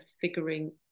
figuring